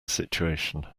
situation